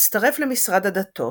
הצטרף למשרד הדתות